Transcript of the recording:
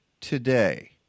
today